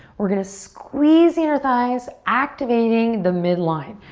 we're gonna squeeze the inner thighs, activating the midline.